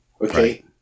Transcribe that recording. okay